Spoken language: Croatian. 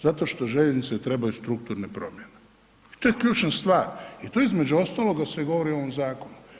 Zato što željeznice trebaju strukturne promjene i to je ključna stvar, jer to između ostaloga se govori u ovom zakonu.